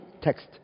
text